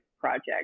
project